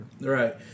Right